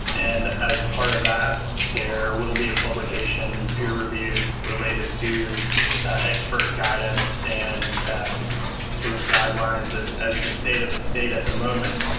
and as part of that, there will be a publication, peer-reviewed, related to expert guidance and sort of guidelines as as the state of the state at the moment.